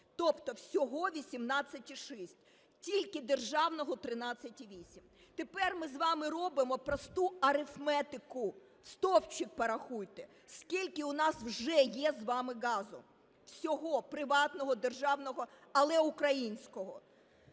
Тобто всього 18,6, тільки державного – 13,8. Тепер ми з вами робимо просту арифметику, в стовпчик порахуйте. Скільки у нас вже є з вами газу? Всього, приватного, державного. Але українського.